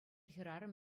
хӗрарӑм